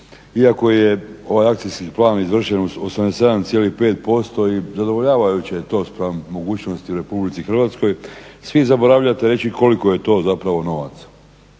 iako je ovaj akcijski plan izvršen u 87,5% i zadovoljavajuće je to spram mogućnosti u RH. Svi zaboravljate reći koliko je to zapravo novaca.